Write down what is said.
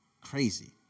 Crazy